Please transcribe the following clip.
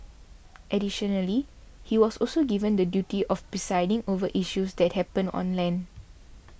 additionally he was also given the duty of presiding over issues that happen on land